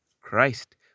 Christ